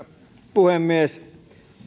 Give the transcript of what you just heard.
puhemies